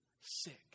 sick